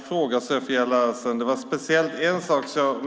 Fru talman!